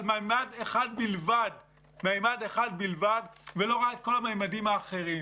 ממד אחד בלבד ולא רואה את כל הממדים האחרים,